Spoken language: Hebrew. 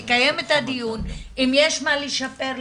לקיים את הדיון אם יש מה לשפר,